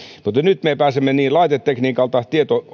mutta nyt me pääsemme niin laitetekniikkamme